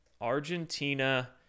Argentina